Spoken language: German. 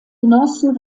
genossen